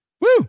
Woo